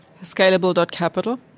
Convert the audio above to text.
Scalable.Capital